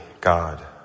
God